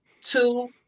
two